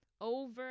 Over